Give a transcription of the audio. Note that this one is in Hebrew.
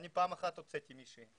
אני פעם אחת הוצאתי מישהי.